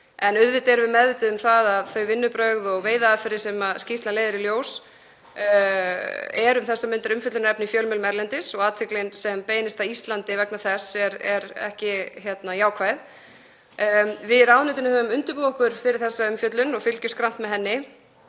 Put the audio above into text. En auðvitað erum við meðvituð um að þau vinnubrögð og veiðiaðferðir sem skýrslan leiðir í ljós er um þessar mundir umfjöllunarefni í fjölmiðlum erlendis og athygli sem beinist að Íslandi vegna þess er ekki jákvæð. Við í ráðuneytinu höfum undirbúið okkur fyrir þessa umfjöllun og fylgjumst grannt með henni.